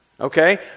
Okay